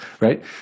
right